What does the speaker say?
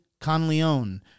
Conleone